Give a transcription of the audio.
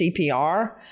CPR